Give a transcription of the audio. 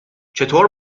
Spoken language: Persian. چطور